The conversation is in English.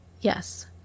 Yes